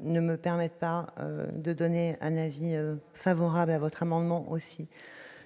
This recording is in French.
ne me permettent pas d'émettre un avis favorable sur cet amendement.